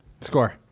Score